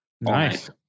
Nice